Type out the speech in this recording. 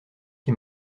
qui